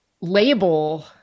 label